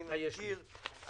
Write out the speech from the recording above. ואני מזכיר,